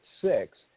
six